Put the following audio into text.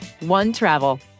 OneTravel